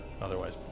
otherwise